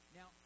Now